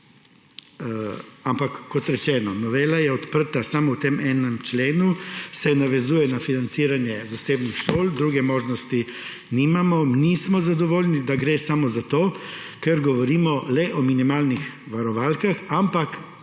Ampak, kot rečeno, novela je odprta samo v tem enem členu, se navezuje na financiranje zasebnih šol, druge možnosti nimamo. Nismo zadovoljni, da gre samo za to, ker govorimo le o minimalnih varovalkah, ampak, čeprav